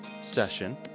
Session